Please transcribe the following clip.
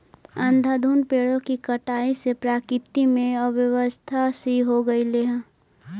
अंधाधुंध पेड़ों की कटाई से प्रकृति में अव्यवस्था सी हो गईल हई